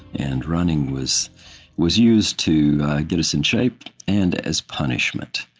and running was was used to get us in shape and as punishment.